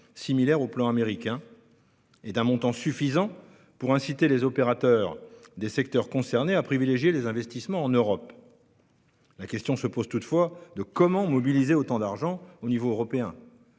similaire au plan américain et d'un montant suffisant pour inciter les opérateurs des secteurs concernés à privilégier les investissements en Europe. Comment mobiliser autant d'argent à l'échelon européen-